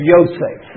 Yosef